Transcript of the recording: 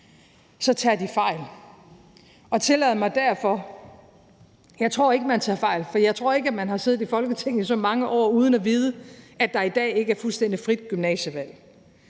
så tager de fejl. Tillad mig derfor at sige: Jeg tror ikke, man tager fejl, for jeg tror ikke, at man har siddet i Folketinget i så mange år uden at vide, at der i dag ikke er fuldstændig frit gymnasievalg.